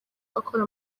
akora